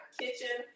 kitchen